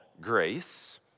Grace